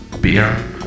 beer